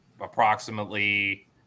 approximately